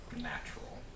Natural